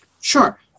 Sure